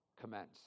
commence